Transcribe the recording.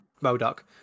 Modoc